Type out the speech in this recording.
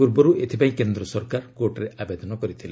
ପୂର୍ବରୁ ଏଥିପାଇଁ କେନ୍ଦ୍ର ସରକାର କୋର୍ଟରେ ଆବେନଦ କରିଛନ୍ତି